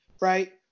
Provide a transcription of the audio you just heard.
right